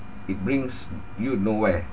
it brings you nowhere